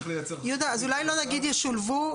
אז אולי לא נגיד ישולבו,